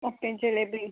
okay jalebi